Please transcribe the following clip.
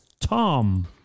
Tom